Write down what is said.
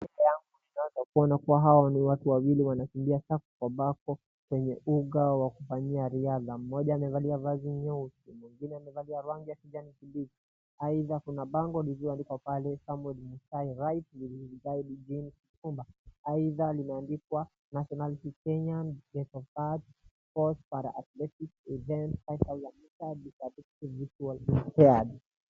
hao ni watu wawili ambao wanakimbia sako kwa bako kwenye uga wa kufayia riadhaa mmoja amevalia vazi nyesi mwingine amevalia ya kijani kibichi aidha kuna bango liloandikwa Samuel Mutai right with his guide Jean Kipchumba aidha limeandikwa nationality kenyan athletics event five thousand metres